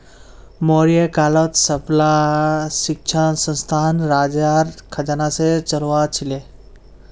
मौर्य कालत सबला शिक्षणसंस्थान राजार खजाना से चलअ छीले